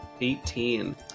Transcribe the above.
Eighteen